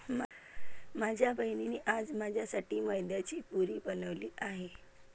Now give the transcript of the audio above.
माझ्या बहिणीने आज माझ्यासाठी मैद्याची पुरी बनवली आहे